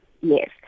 Yes